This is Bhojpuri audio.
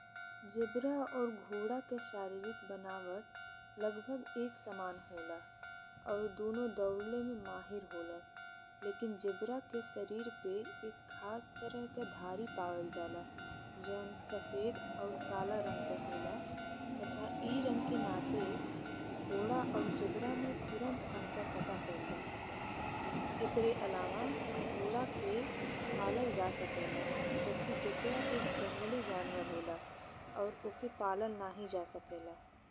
जेब्रा और घोड़ा के शारीरिक बनावट लगभग एक समान होला और दुनो दौड़ले में माहिर होले । लेकिन जेब्रा के शरीर पे एक खास तरह के धारी पावल जाला जौन सफेद और काला रंग के होला तथा ई रंग के नाते घोड़ा और जेब्रा में तुरंत अंतर पता कइल जा सकेला। एकरे अलावा घोड़ा के पालल जा सकेला, जबकि जेब्रा एक जंगली जानवर होला और ओके पालल नहीं जा सकेला।